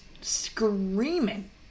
screaming